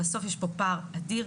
בסוף יש פה פער אדיר.